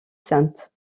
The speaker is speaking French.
sainte